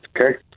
Okay